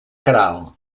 queralt